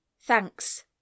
Thanks